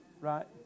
right